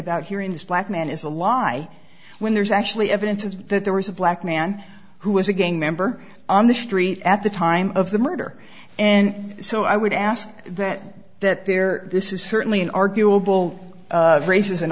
about hearing this black man is a lie when there is actually evidence is that there was a black man who was again member on the street at the time of the murder and so i would ask that that there this is certainly an arguable raises an